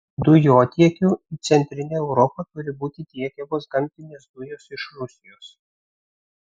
dujotiekiu į centrinę europą turi būti tiekiamos gamtinės dujos iš rusijos